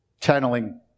channeling